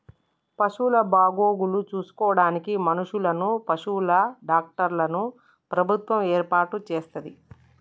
పశువుల బాగోగులు చూసుకోడానికి మనుషులను, పశువుల డాక్టర్లను ప్రభుత్వం ఏర్పాటు చేస్తది